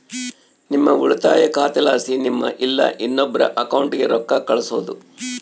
ನಿಮ್ಮ ಉಳಿತಾಯ ಖಾತೆಲಾಸಿ ನಿಮ್ಮ ಇಲ್ಲಾ ಇನ್ನೊಬ್ರ ಅಕೌಂಟ್ಗೆ ರೊಕ್ಕ ಕಳ್ಸೋದು